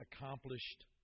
accomplished